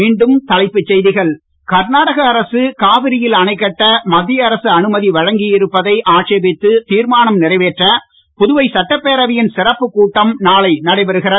மீண்டும் தலைப்புச் செய்திகள் கர்நாடக அரசு காவிரியில் அணை கட்ட மத்திய அரசு அனுமதி வழங்கியிருப்பதை ஆட்சேபித்து தீர்மானம் நிறைவேற்ற புதுவை சட்டப்பேரவையின் சிறப்புக்கூட்டம் நாளை நடைபெறுகிறது